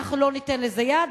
אנחנו לא ניתן לזה יד,